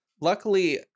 Luckily